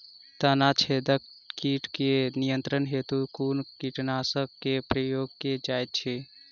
तना छेदक कीट केँ नियंत्रण हेतु कुन कीटनासक केँ प्रयोग कैल जाइत अछि?